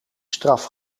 straf